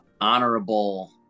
honorable